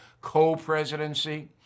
co-presidency